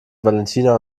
valentina